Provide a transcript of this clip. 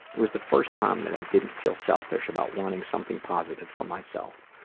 it was the first time that i didn't feel selfish about wanting something positive for myself.